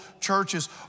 churches